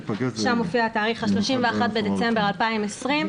שם מופיע התאריך "31 בדצמבר 2020",